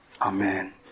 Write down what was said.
Amen